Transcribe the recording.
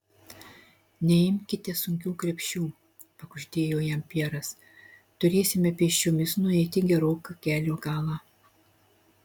neimkite sunkių krepšių pakuždėjo jam pjeras turėsime pėsčiomis nueiti geroką kelio galą